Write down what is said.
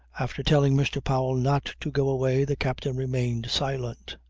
after telling mr. powell not to go away the captain remained silent.